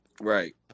right